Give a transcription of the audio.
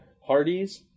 Hardys